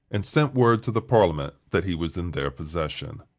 and sent word to the parliament that he was in their possession.